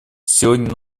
сегодня